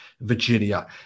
Virginia